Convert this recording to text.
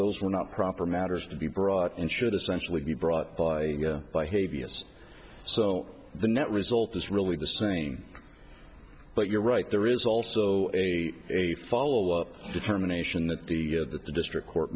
those were not proper matters to be brought and should essentially be brought by by hey b s so the net result is really the same but you're right there is also a a follow up determination that the that the district court